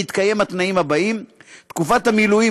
בהתקיים התנאים האלה: 1. תקופת המילואים